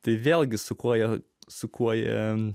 tai vėlgi su kuo jie su kuo jie